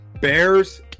Bears